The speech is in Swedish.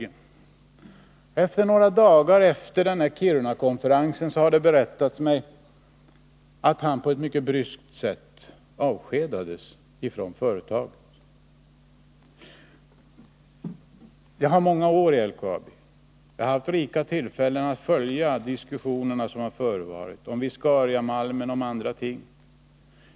Det har berättats mig att han bara några dagar efter Kirunakonferensen avskedades från företaget på ett mycket bryskt sätt. Jag har många år bakom mig i LKAB, och jag har haft rika tillfällen att följa de diskussioner som förevarit om viscariamalmen och om andra ting.